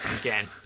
Again